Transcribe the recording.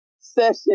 session